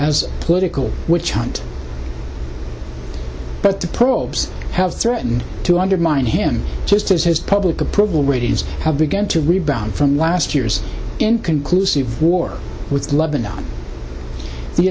as political witch hunt but the prolapse have threatened to undermine him just as his public approval ratings have begun to rebound from last year's inconclusive war with lebanon